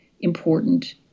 important